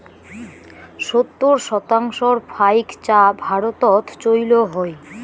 সত্তর শতাংশর ফাইক চা ভারতত চইল হই